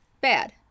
bad